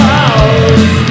house